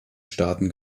staaten